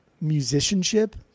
musicianship